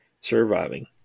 surviving